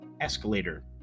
Escalator